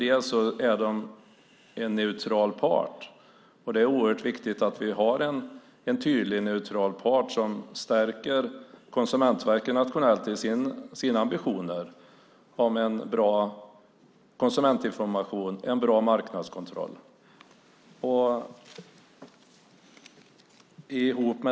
De är en neutral part, och det är oerhört viktigt att vi har en tydlig neutral part som stärker Konsumentverket nationellt i sina ambitioner om en bra konsumentinformation och marknadskontroll.